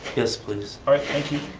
yes, please. all right, thank you.